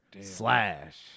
Slash